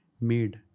made